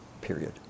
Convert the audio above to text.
period